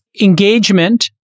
engagement